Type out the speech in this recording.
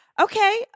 Okay